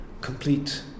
complete